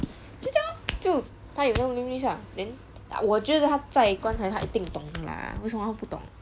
就这样 lor 就他有张 name list lah then 我觉得他载棺材他一定懂的啦为什么他不懂